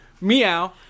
Meow